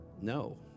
No